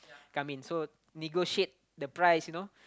come in so negotiate the price you know